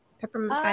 Peppermint